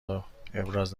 ابراز